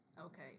Okay